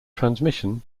transmission